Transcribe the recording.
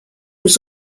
was